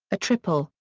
a triple,